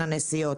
סוכן נסיעות,